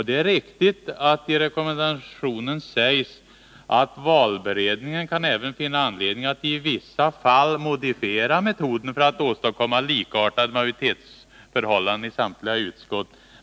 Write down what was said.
Det är riktigt att det i rekommendationen sägs att valberedningen även kan finna anledning att i vissa fall modifiera metoden för att åstadkomma likartade majoritetsförhållanden i samtliga utskott.